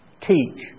teach